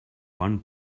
one